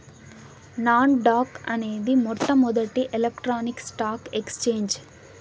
non dock అనేది మొట్టమొదటి electronic stock exchange